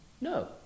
No